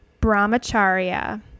brahmacharya